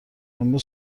امروز